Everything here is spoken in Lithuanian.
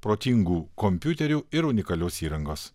protingų kompiuterių ir unikalios įrangos